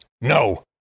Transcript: No